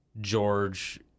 George